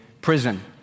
prison